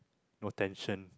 no tension